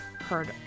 heard